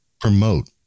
promote